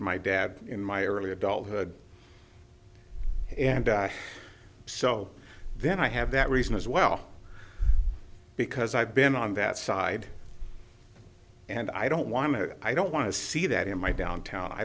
my dad in my early adulthood and so then i have that reason as well because i've been on that side and i don't want to i don't want to see that in my downtown i